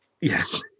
yes